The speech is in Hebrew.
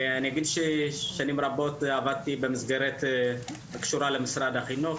אני אגיד ששנים רבות עבדתי במסגרת הקשורה למשרד החינוך,